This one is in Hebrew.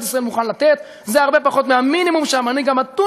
ישראל מוכן לתת זה הרבה פחות מהמינימום שהמנהיג המתון